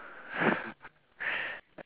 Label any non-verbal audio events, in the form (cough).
(breath)